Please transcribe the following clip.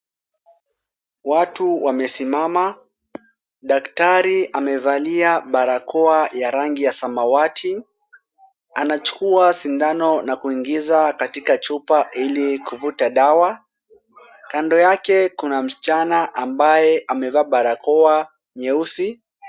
Watu wamesimama. Daktari amevalia barakoa ya rangi ya samawati. Anachukua sindano na kuingiza katika chupa ili kuvuta dawa. Kando yake kuna msichana ambaye amevaa barakoa nyeusi.